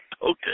Okay